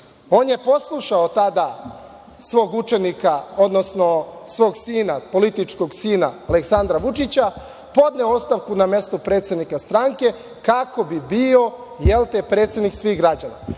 On je poslušao tada svog učenika, odnosno svog sina, političkog sina Aleksandra Vučića, podneo ostavku na mesto predsednika stranke kako bi bio predsednik svih građana. Pa,